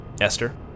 Esther